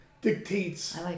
dictates